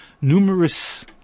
numerous